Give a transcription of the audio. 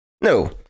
No